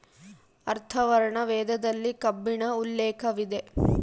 ಅಥರ್ವರ್ಣ ವೇದದಲ್ಲಿ ಕಬ್ಬಿಣ ಉಲ್ಲೇಖವಿದೆ